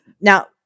Now